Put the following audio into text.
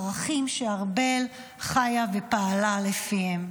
ערכים שארבל חיה ופעלה לפיהם.